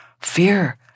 Fear